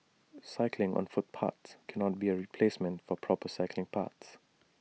cycling on footpaths cannot be A replacement for proper cycling paths